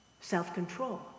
self-control